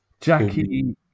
Jackie